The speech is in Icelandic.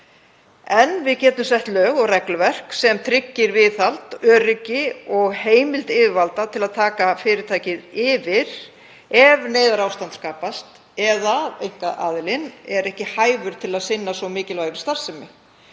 en við getum sett lög og regluverk sem tryggir viðhald, öryggi og heimild yfirvalda til að taka fyrirtækið yfir ef neyðarástand skapast eða einkaaðilinn er ekki hæfur til að sinna svo mikilvægri starfsemi.